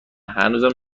هنوزم